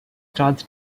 starts